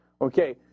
Okay